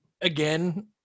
again